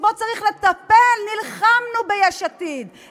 שבו צריך לטפל, נלחמנו ביש עתיד.